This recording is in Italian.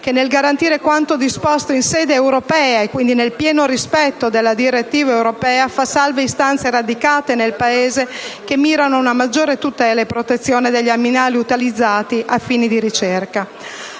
che, nel garantire quanto disposto in sede europea (quindi nel pieno rispetto della direttiva europea), fa salve le istanze radicate nel Paese che mirano ad una maggiore tutela e protezione degli animali utilizzati a fini di ricerca.